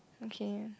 okay